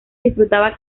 disfrutaba